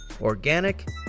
organic